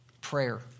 prayer